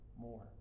more